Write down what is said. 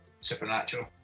supernatural